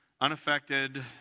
unaffected